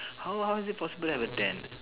how how is it possible to have a tent